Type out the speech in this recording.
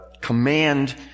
command